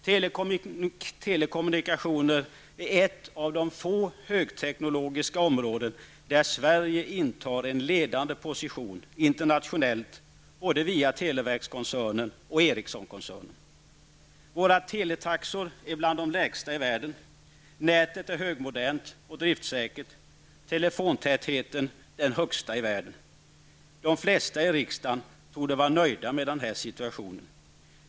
Telekommunikationer är ett av de få högteknologiska områden där Sverige intar en ledande position internationellt både via televerkskoncernen och Ericssonkoncernen. Våra teletaxor är bland de lägsta i världen, nätet är högmodernt och driftsäkert, telefontätheten den högsta i världen. De flesta i rikdagen torde vara nöjda med denna situation.